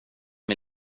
med